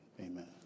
amen